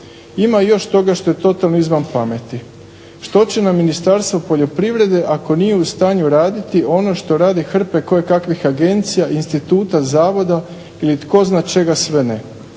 Ima još toga što je totalno izvan pameti. Što će nam Ministarstvo poljoprivrede ako nije u stanju raditi ono što rade hrpe koje kakvih agencija, instituta, zavoda ili tko zna čega sve ne.